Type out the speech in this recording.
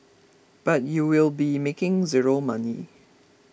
but you will be making zero money